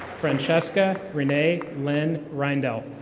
francesca rene lynn rindale.